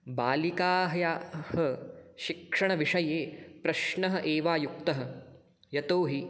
बालिकायाः शिक्षणविषये प्रश्नः एवायुक्तः यतोहि